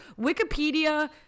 wikipedia